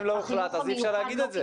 אם לא הוחלט, אז אי אפשר להגיד את זה.